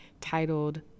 titled